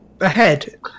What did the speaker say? Ahead